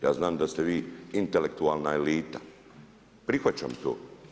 Ja znam da ste vi intelektualna elita, prihvaćam to.